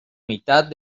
mitad